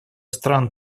стран